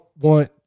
want